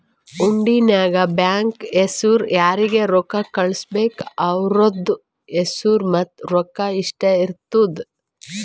ಹುಂಡಿ ನಾಗ್ ಬ್ಯಾಂಕ್ ಹೆಸುರ್ ಯಾರಿಗ್ ರೊಕ್ಕಾ ಕಳ್ಸುಬೇಕ್ ಅವ್ರದ್ ಹೆಸುರ್ ಮತ್ತ ರೊಕ್ಕಾ ಇಷ್ಟೇ ಇರ್ತುದ್